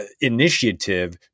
initiative